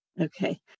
okay